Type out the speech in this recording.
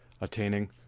attaining